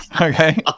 okay